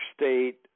state